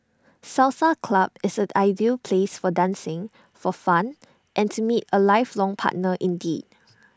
salsa club is an ideal place for dancing for fun and to meet A lifelong partner indeed